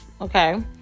okay